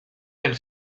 del